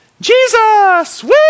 Jesus